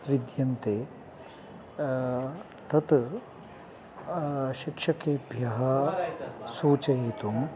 विद्यन्ते तत् शिक्षकेभ्यः सूचयितुं